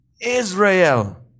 Israel